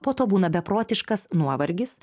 po to būna beprotiškas nuovargis